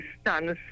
stands